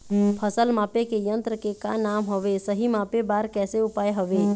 फसल मापे के यन्त्र के का नाम हवे, सही मापे बार कैसे उपाय हवे?